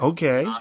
Okay